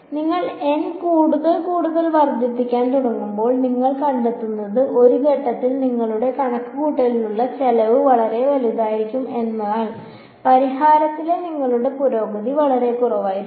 നിങ്ങൾ N കൂടുതൽ കൂടുതൽ വർദ്ധിപ്പിക്കാൻ തുടങ്ങുമ്പോൾ നിങ്ങൾ കണ്ടെത്തുന്നത് ഒരു ഘട്ടത്തിൽ നിങ്ങളുടെ കണക്കുകൂട്ടലിനുള്ള ചെലവ് വളരെ വലുതായിരിക്കും എന്നാൽ പരിഹാരത്തിലെ നിങ്ങളുടെ പുരോഗതി വളരെ കുറവായിരിക്കും